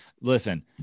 listen